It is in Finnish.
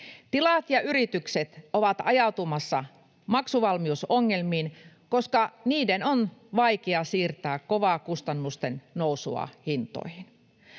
Tilat ja yritykset ovat ajautumassa maksuvalmiusongelmiin, koska niiden on vaikea siirtää kovaa kustannusten nousua hintoihin.